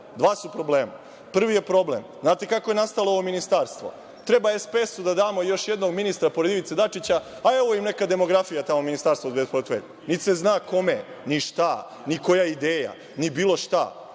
Dva su problema. Prvi je problem… Znate kako je nastalo ovo ministarstvo? Treba SPS da damo još jednog ministra pored Ivice Dačića, pa evo im neka demografija, tamo, ministarstva bez portfelja. Nit se zna kome, ni šta, ni koja je ideja, ni bilo šta.